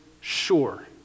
sure